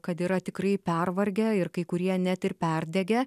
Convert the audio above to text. kad yra tikrai pervargę ir kai kurie net ir perdegę